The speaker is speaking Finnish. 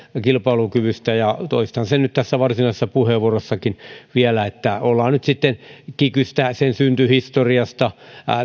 kilpailukyvystä niin toistan sen nyt tässä varsinaisessa puheenvuorossanikin vielä että ollaan nyt sitten kikystä sen syntyhistoriasta